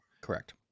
Correct